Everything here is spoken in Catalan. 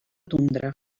tundra